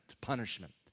punishment